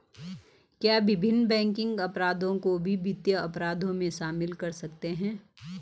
क्या विभिन्न बैंकिंग अपराधों को भी वित्तीय अपराधों में शामिल कर सकते हैं?